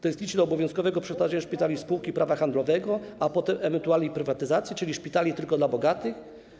Do obowiązkowego przekształcenia szpitali w spółki prawa handlowego, a potem ich ewentualnej prywatyzacji, czyli do szpitali tylko dla bogatych?